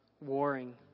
warring